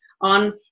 on